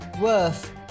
worth